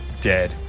dead